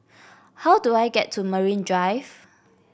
how do I get to Marine Drive